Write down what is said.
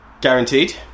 guaranteed